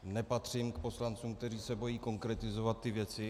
Nepatřím k poslancům, kteří se bojí konkretizovat ty věci.